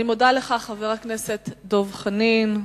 אני מודה לך, חבר הכנסת דב חנין.